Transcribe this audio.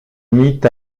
mit